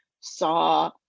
saw